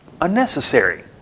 unnecessary